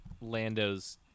Lando's